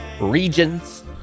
regions